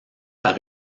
par